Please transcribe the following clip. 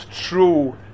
true